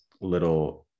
little